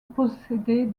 posséder